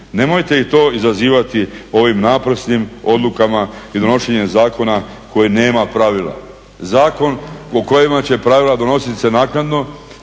Nemojte i to izazivati ovim naprasnim odlukama i donošenjem zakona koji nema pravila. Zakon u kojima će pravila donosit se naknadno,